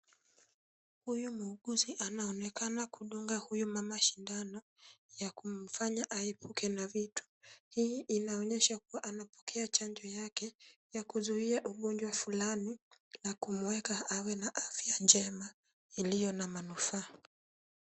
Huyu muuguzi anaonekana kudunga huyu mama sindano ya kumfanya ahepuke na vitu. Hii inaonyesha kuwa anapokea chanjo yake ya kuzuia ugonjwa fulani na kumuweka awe na afya njema iliyo na manufaa.